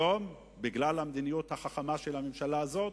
היום, בגלל המדיניות החכמה של הממשלה הזאת,